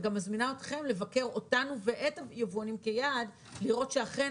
אני גם מזמינה אתכם לבקר אותנו ואת היבואנים כיעד לראות שאכן